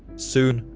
soon,